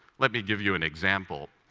let me give you an example.